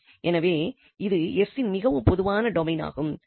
எனவே இது 𝑠 இன் மிகவும் பொதுவான டொமைன் ஆகும்